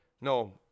no